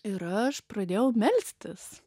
ir aš pradėjau melstis